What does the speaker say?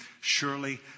Surely